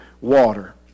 water